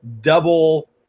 Double